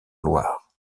loire